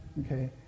okay